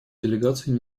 делегации